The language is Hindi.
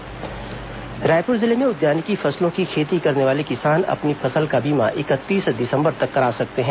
उद्यानिकी फसल बीमा रायपुर जिले में उद्यानिकी फसलों की खेती करने वाले किसान अपनी फसल का बीमा इकतीस दिसंबर तक करा सकते हैं